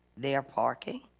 their parking,